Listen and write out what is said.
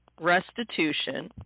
restitution